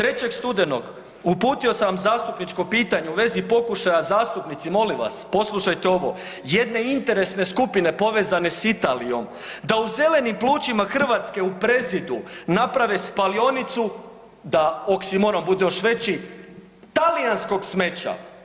3. studenog uputio sam vam zastupničko pitanje u vezi pokušaja, zastupnici molim vas poslušajte ovo, jedne interesne skupine povezane s Italijom da u zelenim plućima Hrvatske u Prezidu naprave spalionicu da oksimoron bude još veći talijanskog smeća.